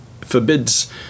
forbids